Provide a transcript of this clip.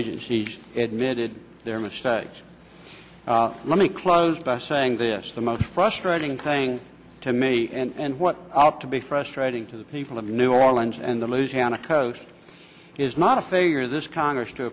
agencies admitted their mistakes let me close by saying this the most frustrating thing to me and what ought to be frustrating to the people of new orleans and the louisiana coast is not a failure this congress to